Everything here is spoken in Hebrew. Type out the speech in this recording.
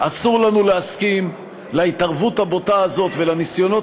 אסור לנו להסכים להתערבות הבוטה הזאת ולניסיונות